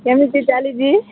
କେମିତି ଚାଲିଛି